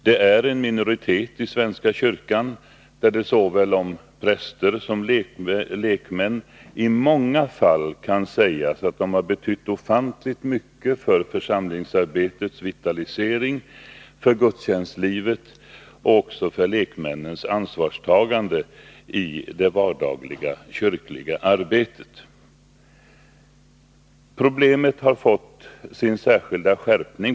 Det är en minoritet i svenska kyrkan där det såväl om präster som om lekmän i många fall kan sägas att de har betytt ofantligt mycket för församlingsarbetets vitalisering, för gudstjänstlivet och också för lekmännens ansvarstagande i det vardagliga kyrkliga arbetet.